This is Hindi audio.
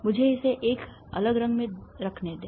मुझे इसे एक अलग रंग में रखने दें